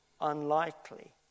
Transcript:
unlikely